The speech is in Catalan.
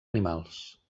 animals